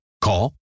Call